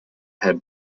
head